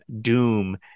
Doom